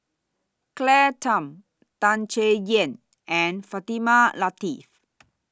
Claire Tham Tan Chay Yan and Fatimah Lateef